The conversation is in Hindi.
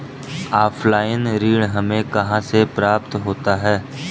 ऑफलाइन ऋण हमें कहां से प्राप्त होता है?